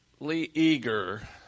eager